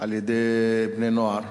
על-ידי בני-נוער.